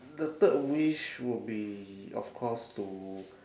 the third wish would be of course to